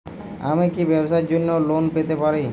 আমি কি ব্যবসার জন্য লোন পেতে পারি?